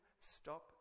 stop